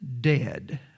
dead